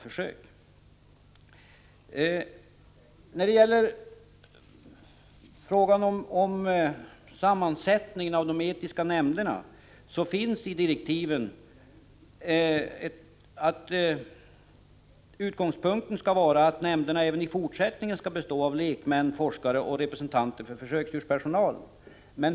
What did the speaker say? Beträffande sammansättningen av de etiska nämnderna står det i direktiven att utgångspunkten skall vara att nämnderna även i fortsättningen skall bestå av lekmän, forskare och representanter för försöksdjurspersonalen.